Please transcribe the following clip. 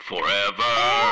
Forever